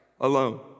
alone